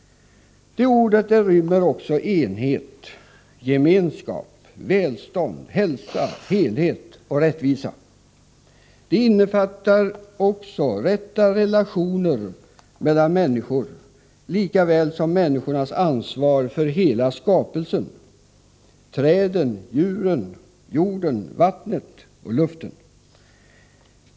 Det ordet rymmer också enhet, gemenskap, välstånd, hälsa, helhet och rättvisa. Det innefattar också rätta relationer mellan människor lika väl som människornas ansvar för hela skapelsen — träden, djuren, jorden, vattnet och luften.